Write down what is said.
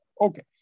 okay